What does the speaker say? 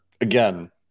again